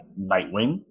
Nightwing